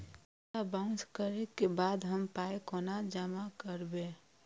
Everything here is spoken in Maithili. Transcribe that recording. खाता बाउंस करै के बाद हम पाय कोना जमा करबै?